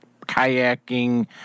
kayaking